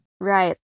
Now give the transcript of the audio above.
Right